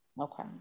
okay